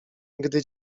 gdy